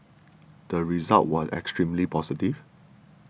the result was extremely positive